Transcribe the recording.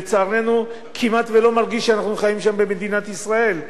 לצערנו כמעט לא מרגיש שאנחנו חיים שם במדינת ישראל,